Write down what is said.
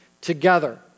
together